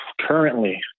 currently